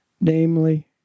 namely